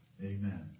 Amen